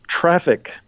traffic